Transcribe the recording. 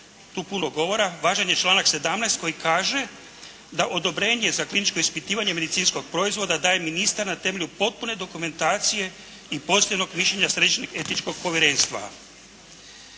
tu puno govora važan je članak 17. koji kaže da odobrenje za kliničko ispitivanje medicinskog proizvoda daje ministar na temelju potpune dokumentacije i postojanog mišljenja Središnjeg etičkog povjerenstva.